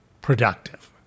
productive